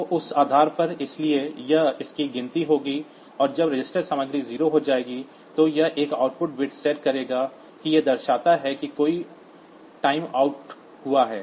तो उस आधार पर इसलिए यह इसकी गिनती होगी और जब रजिस्टर सामग्री 0 हो जाएगी तो यह एक आउटपुट बिट सेट करेगा कि यह दर्शाता है कि कोई टाइमआउट हुआ है